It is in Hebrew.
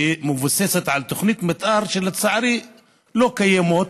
שמבוססת על תוכניות מתאר, שלצערי לא קיימות,